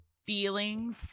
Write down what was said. feelings